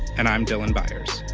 and i'm dylan byers